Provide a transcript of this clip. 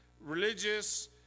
religious